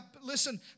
listen